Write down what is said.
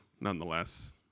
nonetheless